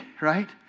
right